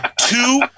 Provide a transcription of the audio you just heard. two